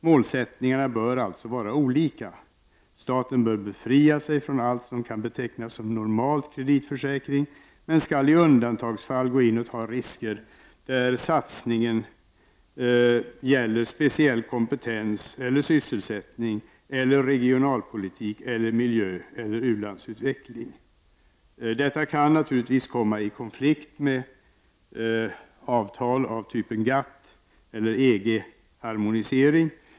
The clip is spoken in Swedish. Målsättningen bör alltså vara den att staten bör befria sig från allt som kan betecknas som normal kreditförsäkring, men i undantagsfall skall gå in och ta risker när det gäller satsning på speciell kompetens, sysselsättning, regionalpolitik, miljö eller u-landsutveckling. Detta kan naturligtvis komma i konflikt med avtal syftande till sådant som GATT:- eller EG-harmonisering.